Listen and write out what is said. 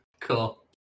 Cool